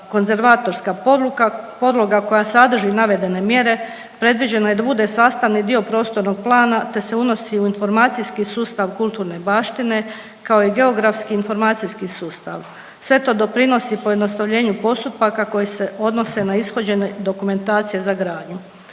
konzervatorska podloga koja sadrži navedene mjere predviđena je da bude sastavni dio prostornog plana te se unosi u informacijski sustav kulturne baštine, kao i geografski i informacijski sustav. Sve to doprinosi pojednostavljenju postupaka koji se odnose na ishođenje dokumentacije za gradnju,